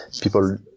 people